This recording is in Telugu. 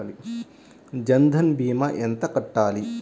జన్ధన్ భీమా ఎంత కట్టాలి?